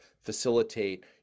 facilitate